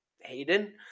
hayden